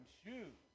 shoes